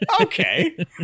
Okay